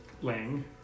Lang